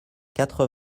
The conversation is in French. quatre